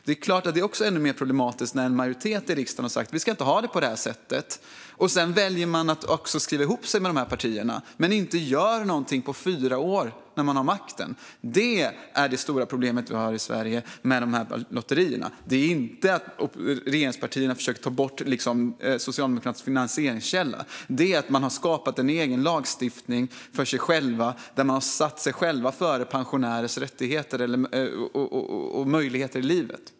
Det är ännu mer problematiskt när en majoritet i riksdagen har sagt att vi inte ska ha det på det här sättet. Socialdemokraterna valde att skriva ihop sig med de andra partierna men gjorde ingenting på fyra år när man hade makten. Det är det stora problemet vi har i Sverige med de här lotterierna. Problemet är inte att regeringspartierna försöker ta bort en socialdemokratisk finansieringskälla, utan att Socialdemokraterna har skapat en egen lagstiftning där de har satt sig själva före pensionärers rättigheter och möjligheter i livet.